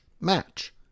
match